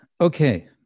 okay